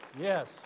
yes